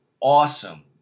awesome